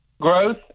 growth